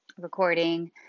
recording